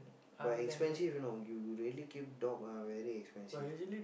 but expensive you know you really keep dog ah very expensive